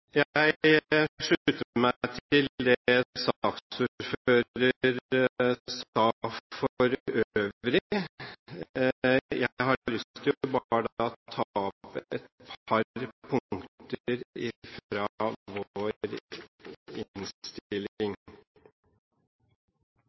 Jeg slutter meg til det saksordføreren sa for øvrig. Jeg har bare lyst til å ta opp et par punkter fra vår